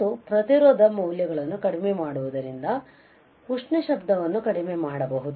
ಮತ್ತು ಪ್ರತಿರೋಧ ಮೌಲ್ಯಗಳನ್ನು ಕಡಿಮೆ ಮಾಡುವುದರಿಂದ ಉಷ್ಣ ಶಬ್ದವನ್ನು ಕಡಿಮೆ ಮಾಡಬಹುದು